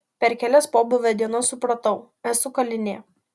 per kelias pobūvio dienas supratau esu kalinė